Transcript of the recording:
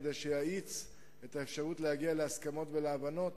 כדי שיאיץ את האפשרות להגיע להסכמות ולהבנות,